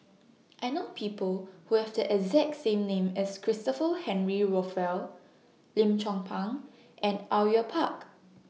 I know People Who Have The exact same name as Christopher Henry Rothwell Lim Chong Pang and Au Yue Pak